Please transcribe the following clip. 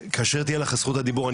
כאשר תהיה לך את זכות הדיבור,